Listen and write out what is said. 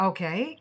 Okay